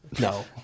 No